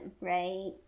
right